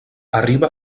arriba